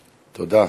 תודה.